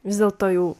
vis dėlto jau